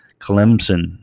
Clemson